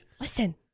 listen